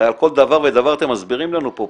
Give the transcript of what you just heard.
הרי על כל דבר ודבר אתם מסבירים לנו פה,